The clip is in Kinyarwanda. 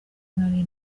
nari